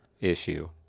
issue